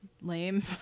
lame